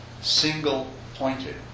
single-pointed